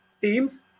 teams